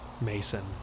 Mason